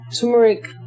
turmeric